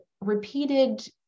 repeated